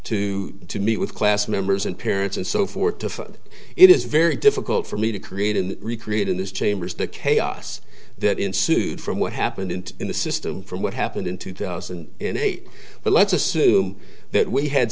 to to meet with class members and parents and so forth to it is very difficult for me to create and recreate in this chambers the chaos that ensued from what happened in the system from what happened in two thousand and eight but let's assume that we had